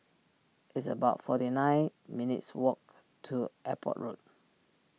it's about forty nine minutes' walk to Airport Road